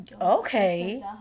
Okay